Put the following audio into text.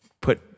put